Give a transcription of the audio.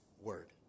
word